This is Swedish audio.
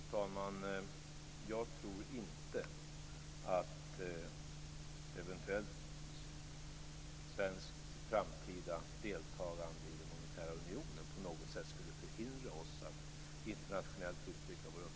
Fru talman! Det är tur att jag har gott om tid.